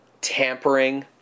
tampering